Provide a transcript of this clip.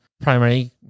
primary